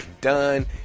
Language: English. done